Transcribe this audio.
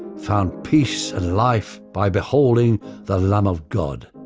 found peace and life by beholding the lamb of god.